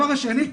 הדבר השני,